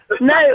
No